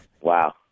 Wow